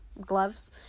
gloves